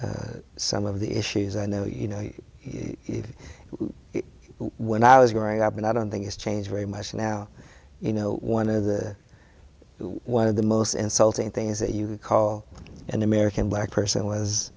some of the issues and though you know you when i was growing up and i don't think it's changed very much now you know one of the one of the most insulting things that you would call an american black person was